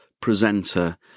presenter